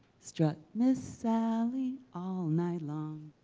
strut miss sally all night long.